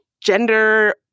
gender